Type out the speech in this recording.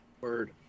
Word